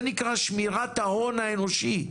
זה נקרא שמירת ההון האנושי,